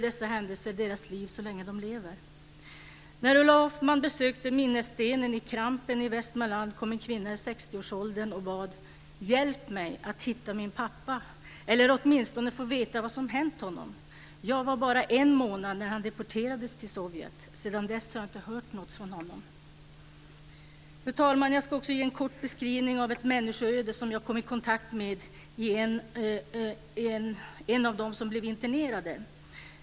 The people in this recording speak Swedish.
Dessa händelser förföljer de anhörigas barn så länge de lever. årsåldern och bad: Hjälp mig att hitta min pappa eller åtminstone få veta vad som hänt honom. Jag var bara en månad när han deporterades till Sovjet. Sedan dess har jag inte hört något från honom. Fru talman! Jag ska också ge en kort beskrivning av ett människoöde som jag kom i kontakt med. Det gäller en av dem som blev internerade.